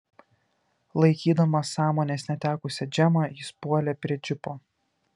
laikydamas sąmonės netekusią džemą jis puolė prie džipo